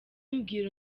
mbwira